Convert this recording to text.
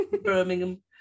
Birmingham